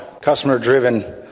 customer-driven